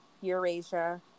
Eurasia